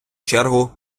чергу